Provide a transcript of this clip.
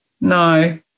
No